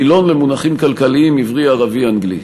מילון מונחים כלכליים עברי-ערבי-אנגלי.